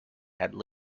had